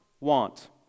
Want